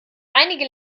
einige